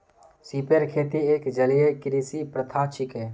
सिपेर खेती एक जलीय कृषि प्रथा छिके